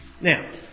Now